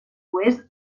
oest